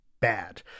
bad